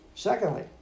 Secondly